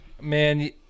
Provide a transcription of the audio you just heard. Man